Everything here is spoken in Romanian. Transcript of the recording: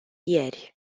ieri